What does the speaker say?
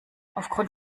aufgrund